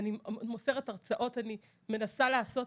אני מוסרת הרצאות, אני מנסה לעשות.